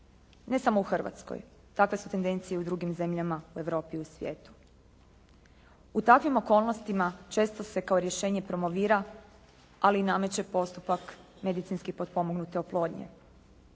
ne samo u Hrvatskoj. Takve su tendencije i u drugim zemljama, u Europi, u svijetu. U takvim okolnostima često se kao rješenje promovira, ali i nameće postupak medicinski potpomognute oplodnje.